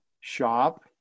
shop